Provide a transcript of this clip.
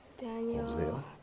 Daniel